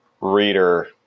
reader